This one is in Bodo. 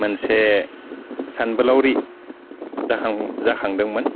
मोनसे सानबोलावरि जाखां जाखांदोंमोन